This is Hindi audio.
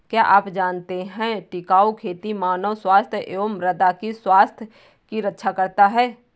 क्या आप जानते है टिकाऊ खेती मानव स्वास्थ्य एवं मृदा की स्वास्थ्य की रक्षा करता हैं?